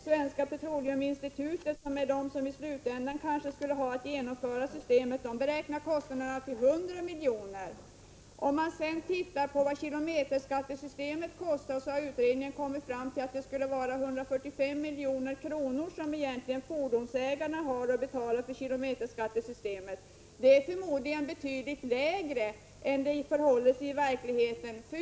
SPI, som är den som kanske skulle ha att i slutändan genomföra systemet, beräknar Prot. 1985/86:127 kostnaderna till 100 milj.kr. I fråga om kostnaderna för kilometerskattesys 24 april 1986 temet har utredningen kommit fram till att de skulle vara 145 milj.kr., som fordonsägarna har att betala. Det är förmodligen betydligt lägre än vad det kostar i verkligheten.